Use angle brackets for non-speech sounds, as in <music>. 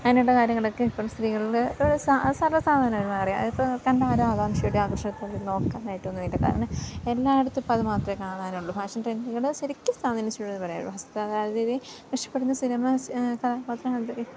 അങ്ങനെയുള്ള കാര്യങ്ങളൊക്കെ ഇപ്പോളും സ്ത്രീകളിൽ സർവ്വസാധാരണയായി മാറിയ അതിപ്പം കണ്ടാൽ ആരും ആകാംക്ഷയോടും ആകർഷത്തോടെയൊന്നും നോക്കാനായിട്ടൊന്നും ഇല്ല കാരണം എല്ലായിടത്തും ഇപ്പം അത് മാത്രമേ കാണാനുള്ളൂ ഫാഷൻ ട്രൻഡ്കൾ ശരിക്കും സാധീനിച്ചിട്ടുണ്ടെന്ന് പറയാം വസ്ത്രധാരണ രീതി <unintelligible> സിനിമാസ് കഥാപാത്രങ്ങളുടെ